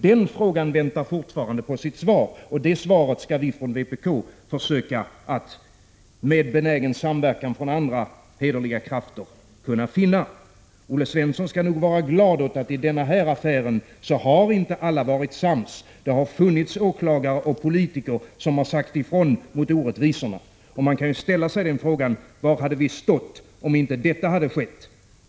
Den frågan väntar fortfarande på sitt svar, och det svaret skall vi från vpk med benägen samverkan från andra hederliga krafter försöka finna. Olle Svensson skall nog vara glad åt att inte alla har varit sams i den här affären. Det har funnits åklagare och politiker som har sagt ifrån mot orättvisorna. Man kan ju ställa sig frågan var vi hade stått om inte detta hade skett.